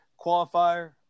qualifier